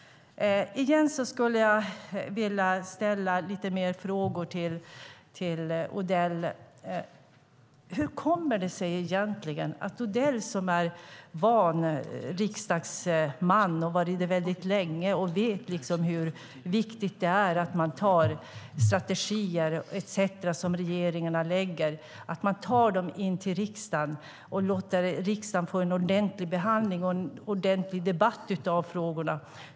Jag skulle vilja ställa lite fler frågor till Odell. Han är van riksdagsledamot - han har varit det länge - och vet hur viktigt det är att man tar strategier etcetera som regeringarna lägger fram in till riksdagen och låter riksdagen göra en ordentlig behandling och en ordentlig debatt av frågorna.